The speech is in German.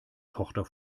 tochter